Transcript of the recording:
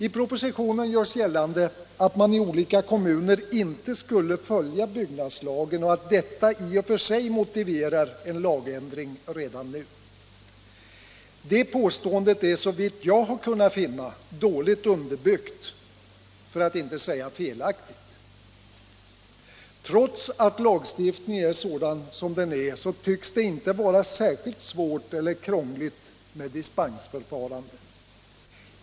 I propositionen görs gällande att man i olika kommuner inte skulle följa byggnadslagen och att detta i och för sig motiverar en lagändring redan nu. Detta påstående är, såvitt jag kunnat finna, dåligt underbyggt, för att inte säga felaktigt. Trots att lagstiftningen är sådan som den är, så tycks det inte vara särskilt svårt eller krångligt med dispensförfarande.